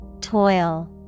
Toil